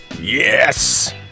Yes